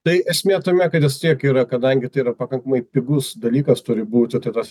tai esmė tame kad jis tiek yra kadangi tai yra pakankamai pigus dalykas turi būti tai tas